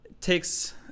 takes